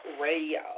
Radio